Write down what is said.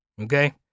Okay